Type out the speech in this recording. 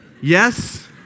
Yes